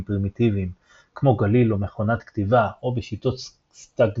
פרימיטיביים כמו גליל או מכונת כתיבה או בשיטות סטגנוגרפיות.